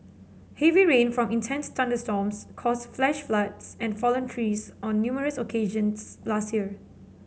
heavy rain from intense thunderstorms caused flash floods and fallen trees on numerous occasions last year